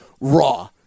raw